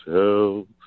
help